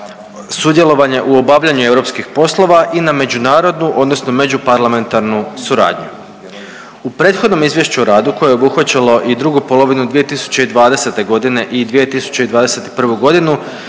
sudjelovanje u obavljanju europskih poslova i na međunarodnu odnosno među parlamentarnu suradnju. U prethodnom izvješću o radu koje je obuhvaćalo i drugu polovinu 2020. godine i 2021. godinu